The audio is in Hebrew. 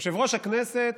יושב-ראש הכנסת,